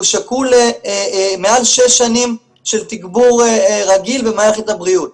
שהוא שקול למעל שש שנים של תגבור רגיל במערכת הבריאות.